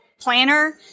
planner